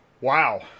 Wow